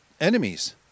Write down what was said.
enemies